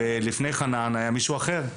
לפני חנן דנציגר היה מישהו אחר,